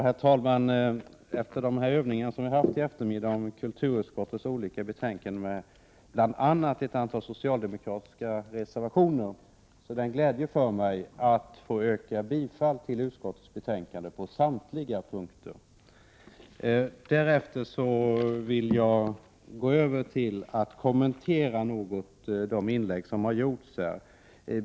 Herr talman! Efter de övningar vi haft i eftermiddag om kulturutskottets olika betänkanden med bl.a. ett antal socialdemokratiska reservationer är det en glädje för mig att få yrka bifall till utskottets hemställan på samtliga punkter. Därefter vill jag gå över till att något kommentera de inlägg som här har gjorts.